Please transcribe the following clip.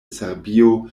serbio